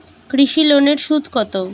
কৃষি লোনের সুদ কত?